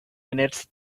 minutes